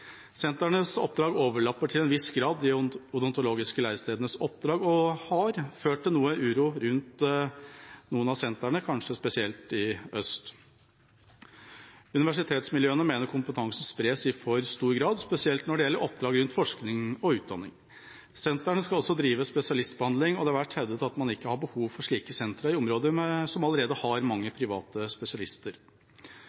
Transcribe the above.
oppdrag overlapper til en viss grad de odontologiske lærestedenes oppdrag, og dette har ført til noe uro rundt noen av sentrene, kanskje spesielt i region øst. Universitetsmiljøene mener kompetansen spres i for stor grad, spesielt når det gjelder oppdrag rundt forskning og utdanning. Sentrene skal også drive spesialistbehandling, og det har vært hevdet at man ikke har behov for slike sentre i områder som allerede har mange private spesialister.